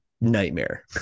nightmare